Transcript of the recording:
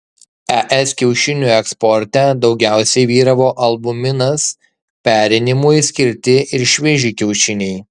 es kiaušinių eksporte daugiausiai vyravo albuminas perinimui skirti ir švieži kiaušiniai